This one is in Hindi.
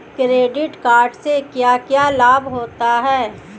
क्रेडिट कार्ड से क्या क्या लाभ होता है?